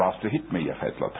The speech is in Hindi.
राष्ट्रहित में यह फैसला था